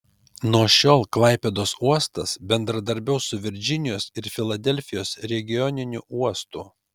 nuo šiol klaipėdos uostas bendradarbiaus su virdžinijos ir filadelfijos regioniniu uostu